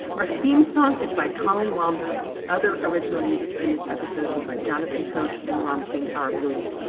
our theme song is by colin wambsgans. other original music in this episode is by jonathan hirsch and ramtin ah arablouei.